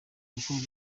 gukorwa